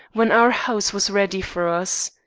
when our house was ready for us.